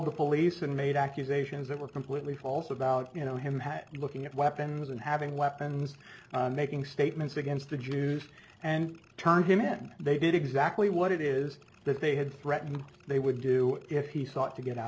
the police and made accusations that were completely false about you know him had looking at weapons and having weapons making statements against the jews and turn him in they did exactly what it is that they had threatened they would do if he sought to get out